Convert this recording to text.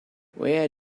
where